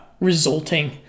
resulting